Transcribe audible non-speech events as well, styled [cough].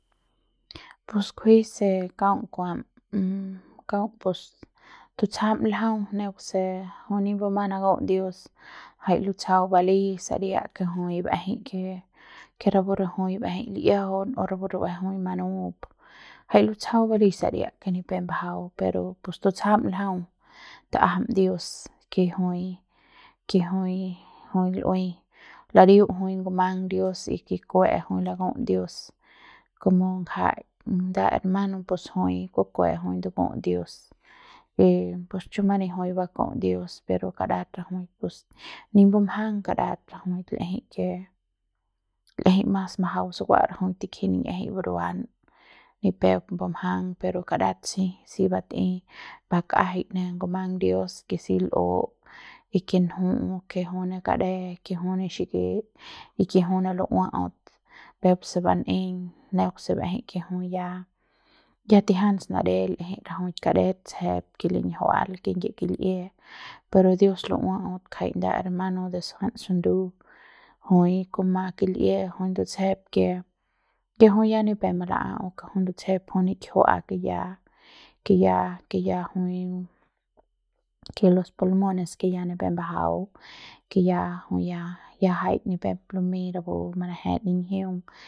[noise] pus kujuei se kaung kuam kaung pus tutsjam ljau neuk se jui ni bumang naku'uts dios jai lutsjau balei saria ke jui ba'ejei ke ke rapu jui ba'ejei li'iajaun o rapu jui ba'ejei jui manup jai lutsjau balei saria ke ni pep mbajau pero pus tutsjam ljau ta'ajam dios ke jui ke jui jui lu'ui ladiu jui ngumang dios y ke kue laku'uts dios komo ngjai nda hermano pus jui kukue jui nduku'uts dios y pus chu mani jui baku'uts dios pero kadat rajuik pus ni mbumjang kadat rajuik l'ejei ke l'ejei mas majau sukua rajuik tikji riñjie buruan ni pep mbumjang pero kadat si si batei bakjai ne ngumang dios ke si l'u y ke nju'u ke jui ne kade ke jui ne xiki y ke jui ne lu'uaut peuk se ban'eiñ neuk se ba'ejei ke jui ya ya tijian snade l'ejei rajuik kadet tsjep ke linjiua'at de kingyie kil'ie pero dios lu'uaut ngjai nda hermano de kujuan sundu jui kuma kil'ie jui ndutsjep ke ke jui ya ni pep mala'au ndutsjep jui nikiua'a ke ya ke ya ke ya jui ke los pulmones ke ya ni pep mbajau ke ya jui ya ya jai ni pep lumei rapu manajets ninjiung. [noise]